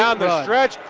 ah the stretch!